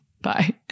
Bye